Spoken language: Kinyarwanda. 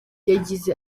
yagize